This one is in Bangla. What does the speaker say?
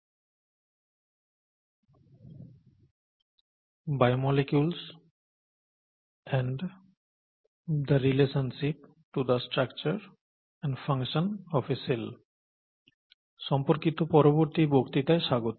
"biomolecules and the relationship to the structure and function of a cell" সম্পর্কিত পরবর্তী বক্তৃতায় স্বাগত